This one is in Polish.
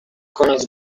koniec